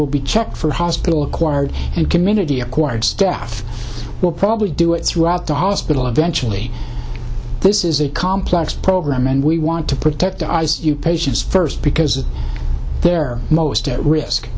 will be checked for hospital acquired and community acquired staff will probably do it through out the hospital eventually this is a complex program and we want to protect our eyes patients first because they're most at risk